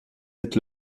êtes